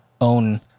own